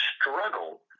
struggle